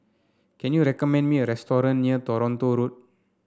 can you recommend me a restaurant near Toronto Road